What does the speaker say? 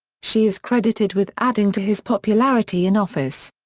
she is credited with adding to his popularity in office.